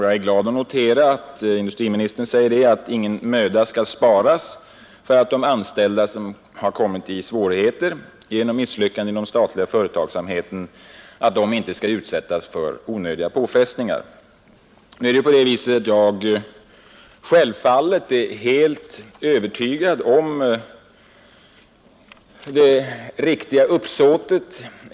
Jag är glad att notera att ingen möda skall sparas för att de anställda som kommit i svårigheter på grund av misslyckanden inom de statliga företagen inte skall utsättas för onödiga påfrestningar. Jag är helt övertygad om det ärliga uppsåtet.